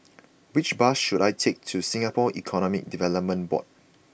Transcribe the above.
which bus should I take to Singapore Economic Development Board